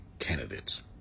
candidates